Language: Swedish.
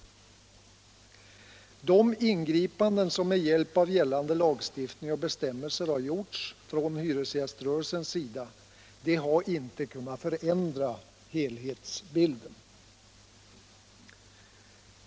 De ingripanden som med hjälp av gällande lagstiftning och bestämmelser har gjorts från hyresgäströrelsens sida har inte kunnat förändra helhetsbilden.